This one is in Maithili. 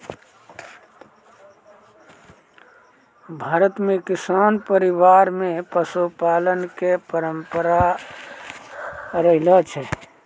भारत मॅ किसान परिवार मॅ पशुपालन के परंपरा रहलो छै